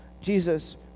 Jesus